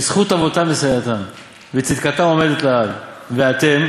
שזכות אבותם מסייעתם וצדקתם עומדת לעד, ואתם"